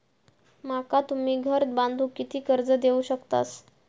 माका तुम्ही घर बांधूक किती कर्ज देवू शकतास?